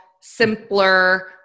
simpler